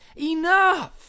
enough